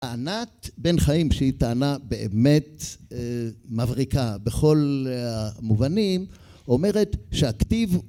טענת בן חיים שהיא טענה באמת מבריקה בכל המובנים אומרת שהטיב...